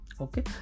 Okay